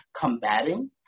combating